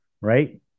right